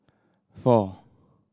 four